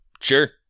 sure